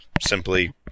simply